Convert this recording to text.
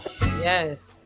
Yes